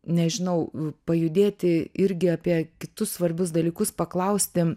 nežinau pajudėti irgi apie kitus svarbius dalykus paklausti